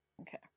Okay